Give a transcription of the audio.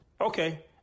Okay